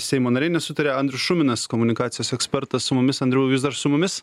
seimo nariai nesutaria andrius šuminas komunikacijos ekspertas su mumis andriau jūs dar su mumis